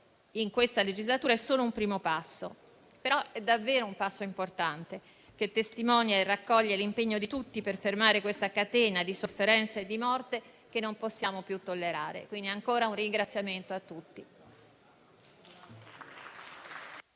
in questa legislatura è solo un primo passo, ma è davvero un passo importante che testimonia e raccoglie l'impegno di tutti per fermare quella catena di sofferenza e di morte che non possiamo più tollerare. Quindi ancora un ringraziamento a tutti.